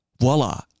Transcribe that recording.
voila